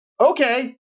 okay